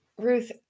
Ruth